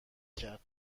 کرد